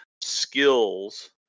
skills